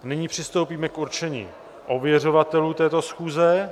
Nyní přistoupíme k určení ověřovatelů této schůze.